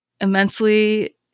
immensely